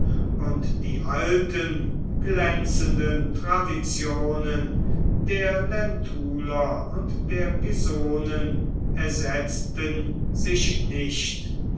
und die alten glänzenden traditionen der lentuler und der pisonen ersetzten sich nicht